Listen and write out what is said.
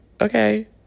okay